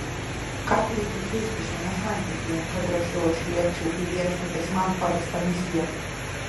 ką turėčiau keisti šiame santykyje kad drąsiau atsiliepčiau į viešpaties man pavestą misiją